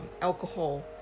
alcohol